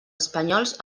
espanyols